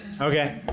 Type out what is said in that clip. Okay